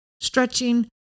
stretching